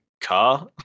car